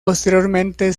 posteriormente